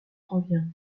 revient